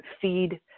feed